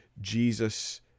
Jesus